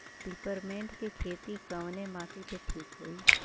Peppermint के खेती कवने माटी पे ठीक होई?